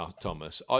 Thomas